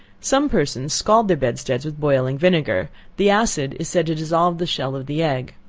some persons scald their bedsteads with boiling vinegar the acid is said to dissolve the shell of the egg.